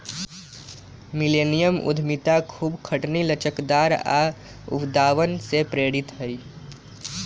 millennium उद्यमिता खूब खटनी, लचकदार आऽ उद्भावन से प्रेरित हइ